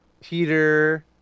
Peter